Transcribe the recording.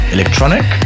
Electronic